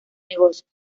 negocios